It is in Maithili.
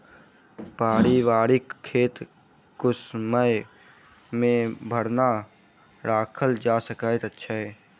पारिवारिक खेत कुसमय मे भरना राखल जा सकैत अछि